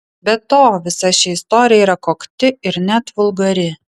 be to visa ši istorija yra kokti ir net vulgari